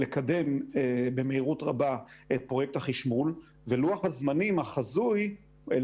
לקדם במהירות רבה את פרויקט החישמול ולוח הזמנים החזוי אל